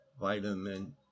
vitamin